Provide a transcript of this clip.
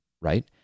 right